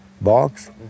box